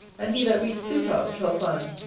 and he that reads plutarch, shall find,